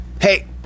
Hey